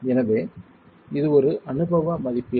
எனவே இது ஒரு அனுபவ மதிப்பீடு